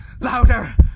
Louder